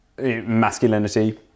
masculinity